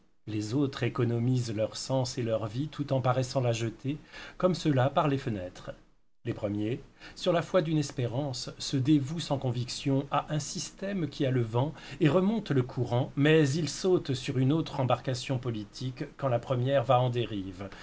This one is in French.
les autres économisent leur sens et leur vie tout en paraissant la jeter comme ceux-là par les fenêtres les premiers sur la foi d'une espérance se dévouent sans conviction à un système qui a le vent et remonte le courant mais ils sautent sur une autre embarcation politique quand la première va en dérive